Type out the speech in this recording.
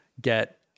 get